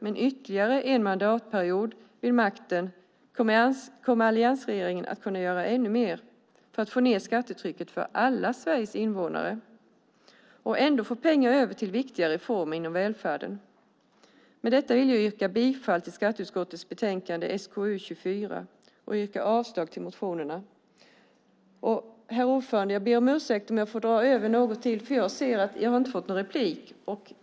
Med ytterligare en mandatperiod vid makten kommer alliansregeringen att kunna göra ännu mer för att få ned skattetrycket för alla Sveriges invånare och ändå få pengar över till viktiga reformer inom välfärden. Med detta vill jag yrka bifall till förslagen i skatteutskottets betänkande SkU24 och avslag på motionerna. Herr talman! Jag ber om ursäkt, men jag vill dra över min talartid något eftersom jag noterat att ingen har begärt replik.